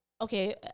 okay